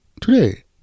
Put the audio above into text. Today